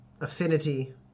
affinity